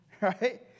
Right